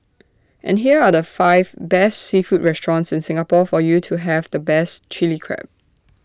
and here are the five best seafood restaurants in Singapore for you to have the best Chilli Crab